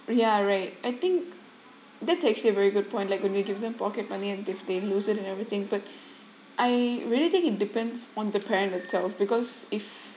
ya right I think that's actually a very good point like when we give them pocket money and if they lose it and everything but I really think it depends on the parent themself because if